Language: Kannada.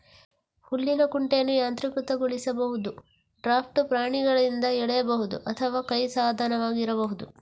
ಹುಲ್ಲಿನ ಕುಂಟೆಯನ್ನು ಯಾಂತ್ರೀಕೃತಗೊಳಿಸಬಹುದು, ಡ್ರಾಫ್ಟ್ ಪ್ರಾಣಿಗಳಿಂದ ಎಳೆಯಬಹುದು ಅಥವಾ ಕೈ ಸಾಧನವಾಗಿರಬಹುದು